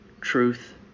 truth